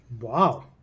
Wow